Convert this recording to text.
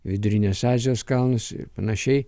vidurinės azijos kalnus ir panašiai